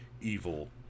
evil